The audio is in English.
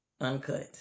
Uncut